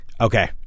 Okay